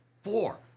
four